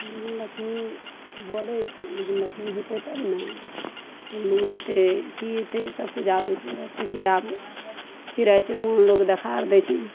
ई दुन्नू लक्ष्मी बोलै छै लेकिन लक्ष्मी हेतै तब ने उल्लू अयतै की अयतै सबकिछु आबै छै रातिके कीड़ामे चिड़ै चुड़मुन लोक देखार दै छै